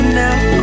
now